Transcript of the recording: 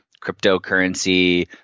cryptocurrency